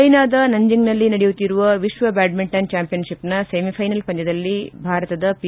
ಚ್ಲೆನಾದ ನಂಜಿಂಗ್ನಲ್ಲಿ ನಡೆಯುತ್ತಿರುವ ವಿಶ್ವ ಬ್ಲಾಡ್ಮಿಂಟನ್ ಚಾಂಪಿಯನ್ ಶಿಪ್ನ ಸೆಮಿಫ್ಲೆನಲ್ ಪಂದ್ಯದಲ್ಲಿ ಇಂದು ಭಾರತದ ಪಿ